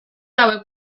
hauek